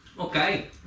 Okay